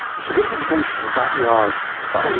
so given the potential for backyard stuff,